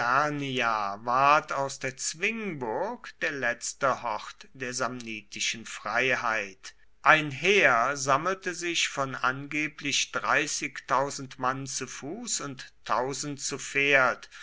aus der zwingburg der letzte hort der samnitischen freiheit ein heer sammelte sich von angeblich mann zu fuß und zu pferd